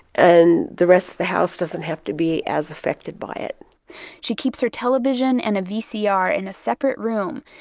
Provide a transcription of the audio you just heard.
and the rest of the house doesn't have to be as affected by it she keeps her television and a vcr in a separate room.